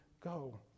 Go